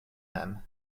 mem